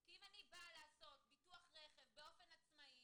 כי אם אני באה לעשות ביטוח רכב באופן עצמאי